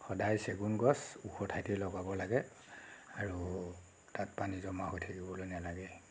সদায় চেগুন গছ ওখ ঠাইতে লগাব লাগে আৰু তাত পানী জমা হৈ থাকিবলৈ নেলাগে